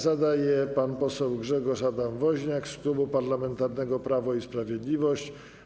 Zada je pan poseł Grzegorz Adam Woźniak z Klubu Parlamentarnego Prawo i Sprawiedliwość.